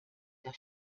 der